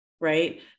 right